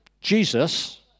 Jesus